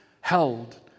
held